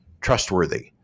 trustworthy